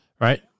Right